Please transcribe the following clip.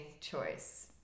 choice